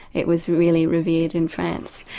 it was really revered in france,